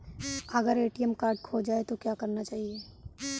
अगर ATM card खो जाए तो क्या करना चाहिए?